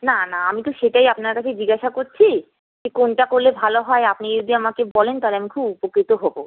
না না আমি তো সেটাই আপনার কাছে জিজ্ঞাসা করছি যে কোনটা করলে ভালো হয় আপনি যদি আমাকে বলেন তাহলে আমি খুব উপকৃত হবো